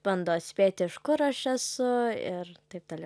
bando atspėti iš kur aš esu ir taip toliau